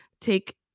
take